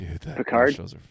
Picard